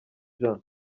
jean